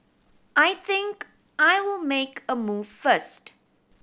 I think I'll make a move first